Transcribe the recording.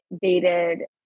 dated